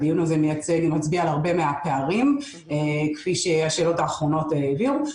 הדיון הזה מצביע על הרבה מהפערים כפי שהשאלות האחרונות הביעו.